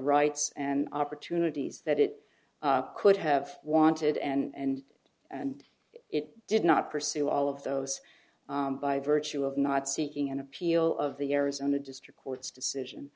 rights and opportunities that it could have wanted and and it did not pursue all of those by virtue of not seeking an appeal of the arizona district court's decision